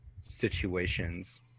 situations